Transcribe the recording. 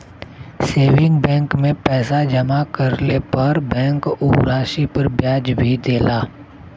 saving bank में पैसा जमा करले पर बैंक उ राशि पर ब्याज भी देला